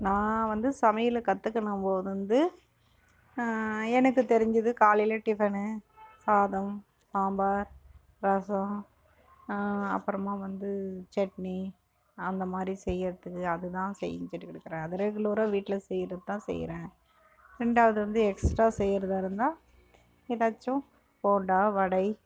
நான் வந்து சமையலை கற்றுக்கினம் போது இருந்து எனக்கு தெரிஞ்சது காலையில் டிஃபனு சாதம் சாம்பார் ரசம் அப்புறமா வந்து சட்னி அந்த மாதிரி செய்கிறதுக்கு அதுதான் செஞ்சுட்டு இருக்கிறேன் அது ரெகுலராக வீட்டில் செய்து தான் செய்கிறேன் ரெண்டாவது வந்து எக்ஸ்ட்ரா செய்கிறதா இருந்தால் ஏதாச்சும் போண்டா வடை